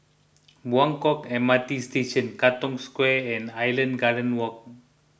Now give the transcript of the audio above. Buangkok M R T Station Katong Square and Island Gardens Walk